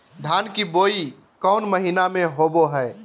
धान की बोई कौन महीना में होबो हाय?